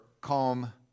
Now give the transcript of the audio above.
calm